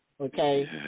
Okay